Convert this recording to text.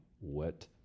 wet